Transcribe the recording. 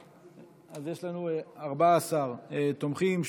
יש לנו 14 תומכים,